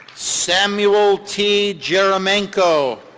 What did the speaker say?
samuel t. jaramanco.